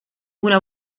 una